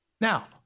Now